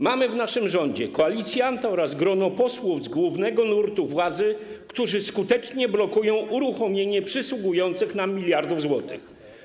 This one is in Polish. Mamy w naszym rządzie koalicjanta oraz grono posłów z głównego nurtu władzy, którzy skutecznie blokują uruchomienie przysługujących nam miliardów złotych.